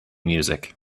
music